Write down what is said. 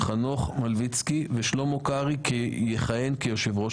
חנוך מלביצקי ושלמה קרעי יכהן כיושב-ראש